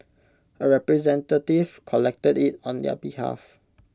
A representative collected IT on their behalf